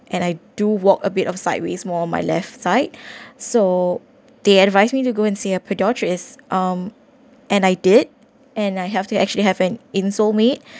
and I do walk a bit of sideways more on my left side so they advised me to go and see a podiatrist um and I did and I have they actually have an insole made